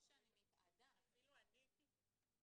לתת את המספרים, אולי אני אנסה